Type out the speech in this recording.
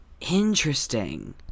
Interesting